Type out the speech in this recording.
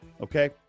okay